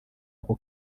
ako